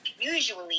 Usually